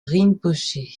rinpoché